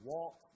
Walk